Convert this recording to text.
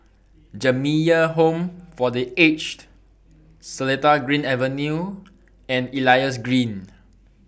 Jamiyah Home For The Aged Seletar Green Avenue and Elias Green